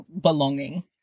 belonging